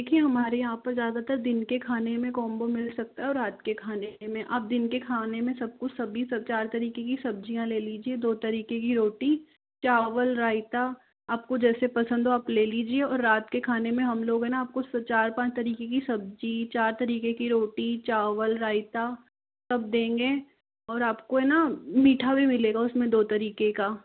देखिए हमारे यहाँ पर ज़्यादातर दिन के खाने का कॉम्बो मिल सकता है और रात के खाने में आप दिन के खाने में सब को सभी चार तरीके कि सब्ज़ियाँ ले लीजिए दो तरीके कि रोटी चावल रायता आपको जैसे पसंद हो आप ले लीजिए और रात के खाने में हम लोग है न आपको चार पाँच तरीके कि सब्ज़ी चार तरीके कि रोटी चावल रायता सब देंगे और आपको है न मीठा भी मिलेगा उसमे दो तरीके का